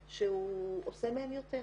ויש פעולות אחרות שהוא עושה מהן יותר.